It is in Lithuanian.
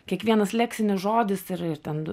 kiekvienas leksinis žodis ir ir ten